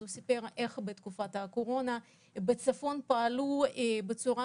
אז הוא סיפר איך בתקופת הקורונה פעלו בצפון בצורה